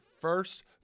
first